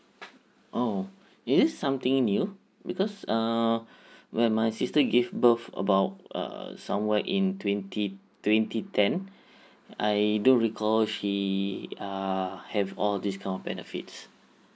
oh is it something new because err when my sister gave birth about uh somewhere in twenty twenty ten I don't recall she err have all these kind of benefits